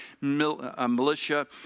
militia